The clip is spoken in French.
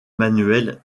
manuel